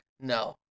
No